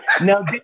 Now